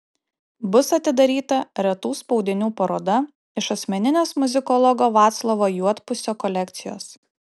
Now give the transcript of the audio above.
bus atidaryta retų spaudinių paroda iš asmeninės muzikologo vaclovo juodpusio kolekcijos